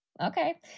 Okay